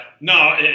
No